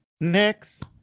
Next